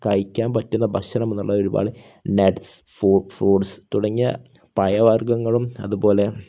കഴിക്കാൻ പറ്റുന്ന ഭക്ഷണം എന്നുള്ളത് ഒരുപാട് നട്സ് ഫ ഫ്രൂട്ട്സ് തുടങ്ങിയ പഴവർഗങ്ങളും അതുപോലെ